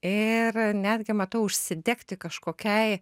ir netgi matau užsidegti kažkokiai